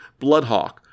Bloodhawk